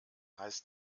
heißt